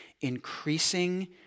increasing